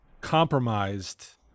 compromised